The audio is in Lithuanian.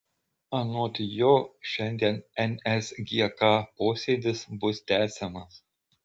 anot jo šiandien nsgk posėdis bus tęsiamas